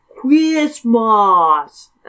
Christmas